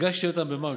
הדגשתי אותם במרקר.